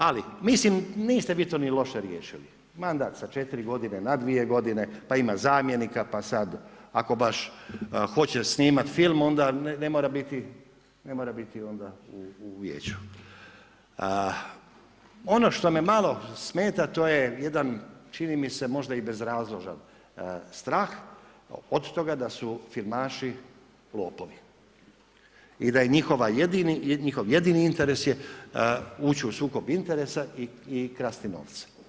Ali mislim niste vi to ni loše riješili, mandat sa četiri godine na dvije godine, pa ima zamjenika, pa sada ako baš hoće snimati film ne mora biti onda u vijeću. ono što me malo smeta to je jedan čini mi se možda i bezrazložan strah od toga da su filmaši lopovi i da je njihov jedini interes ući u sukob interesa i krasti novce.